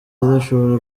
ashobora